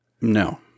no